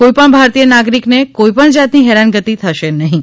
કોઇપણ ભારતીય નાગરિકને કોઇપણ જાતની હેરાનગતિ થશે નહિં